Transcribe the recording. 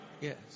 Yes